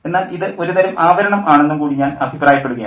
എന്നാൽ ഇത് ഒരുതരം ആവരണം ആണെന്നും കൂടി ഞാൻ അഭിപ്രായപ്പെടുകയാണ്